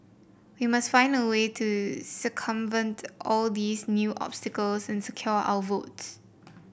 we must find a way to circumvent all these new obstacles and secure our votes